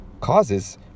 causes